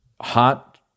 hot